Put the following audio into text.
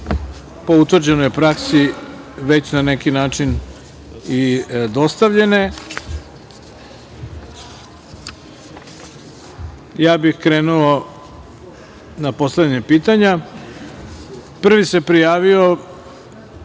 po utvrđenoj praksi već na neki način i dostavljene, ja bih krenuo na postavljanje pitanja. Prvi se prijavio